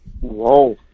Whoa